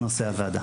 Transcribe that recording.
לנושא הוועדה.